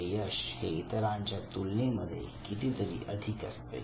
तुमचे यश हे इतरांच्या तुलनेमध्ये किती तरी अधिक असते